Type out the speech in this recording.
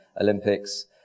Olympics